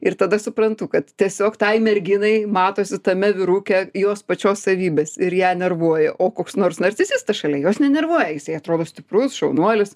ir tada suprantu kad tiesiog tai merginai matosi tame vyruke jos pačios savybės ir ją nervuoja o koks nors narcisis šalia jos nenervuoja jisai atrodo stiprus šaunuolis